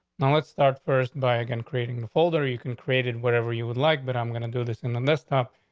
now, let's start first by again creating the folder. you can created whatever you would like, but i'm going to do this in the list up.